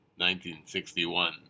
1961